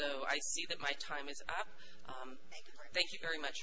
so i see that my time is up thank you very much